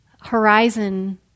horizon